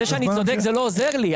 זה שאני צודק זה לא עוזר לי,